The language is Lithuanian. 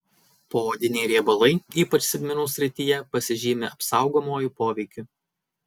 poodiniai riebalai ypač sėdmenų srityje pasižymi apsaugomuoju poveikiu